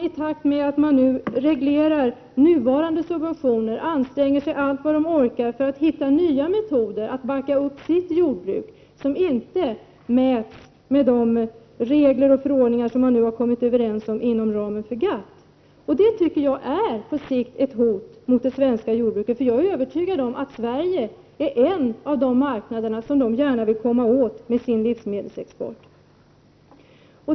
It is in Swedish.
I takt med att de nuvarande subventionerna regleras anstränger de sig allt vad orkar för att hitta nya metoder att backa upp sitt jordbruk, metoder som inte omfattas av de regler och förordningar som man nu har kommit överens om inom ramen för GATT. På sikt tror jag att det är ett hot mot det svenska jordbruket. Jag är övertygad om att Sverige är en av de marknader som de gärna vill komma åt med sin livsmedelsexport.